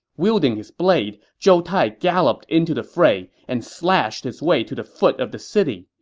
wielding his blade, zhou tai galloped into the fray and slashed his way to the foot of the city,